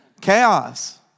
Chaos